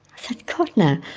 said god no.